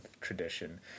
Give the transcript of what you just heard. tradition